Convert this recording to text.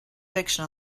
fiction